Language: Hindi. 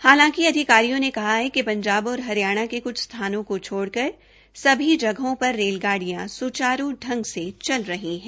हालांकि अधिकारियों ने कहा कि पंजाब और हरियाणा के क्छ स्थानों को छोड़कर सभी जगहों पर रेलगाड़ियां सुचारू संग से चल रही है